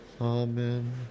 amen